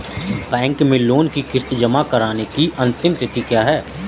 Bank में loan की किश्त जमा कराने की अंतिम तिथि क्या है?